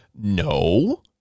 No